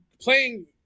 playing